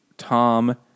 Tom